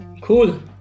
Cool